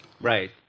Right